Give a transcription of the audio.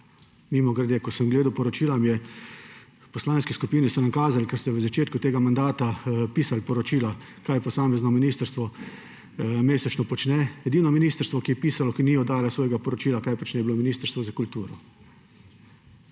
mimogrede, ko sem gledal poročila, v poslanski skupini so mi kazali, kar ste v začetku tega mandata pisali, poročila, kaj posamezno ministrstvo mesečno počne, edino ministrstvo, ki ni oddalo svojega poročila, kaj počne, je bilo Ministrstvo za kulturo.